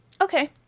Okay